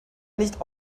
nicht